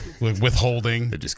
withholding